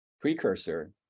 precursor